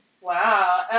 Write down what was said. wow